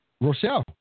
Rochelle